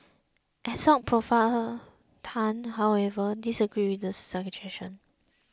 assoc Prof Tan however disagreed with the suggestion